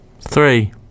Three